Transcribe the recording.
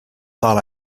thought